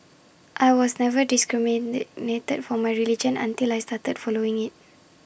I was never discriminated for my religion until I started following IT